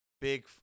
big